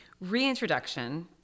reintroduction